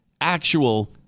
actual